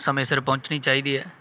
ਸਮੇਂ ਸਿਰ ਪਹੁੰਚਣੀ ਚਾਹੀਦੀ ਹੈ